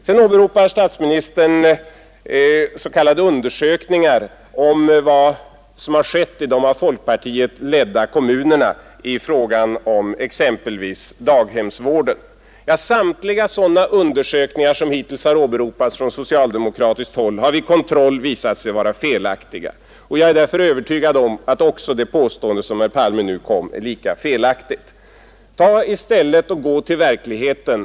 Sedan åberopar statsministern s.k. undersökningar av vad som har skett i de av folkpartiet ledda kommunerna i fråga om exempelvis daghemsvården. Samtliga sådana undersökningar som hittills åberopats från socialdemokratiskt håll har vid kontroll visat sig vara felaktiga. Jag är därför övertygad om att också det påstående som herr Palme nu kommer med är lika felaktigt. Se i stället på hur det verkligen är.